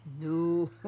No